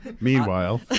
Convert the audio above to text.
Meanwhile